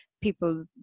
people